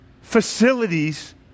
facilities